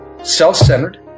Self-centered